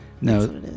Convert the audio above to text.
No